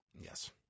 Yes